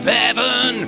heaven